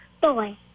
Boy